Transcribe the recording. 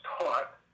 taught